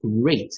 great